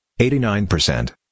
89%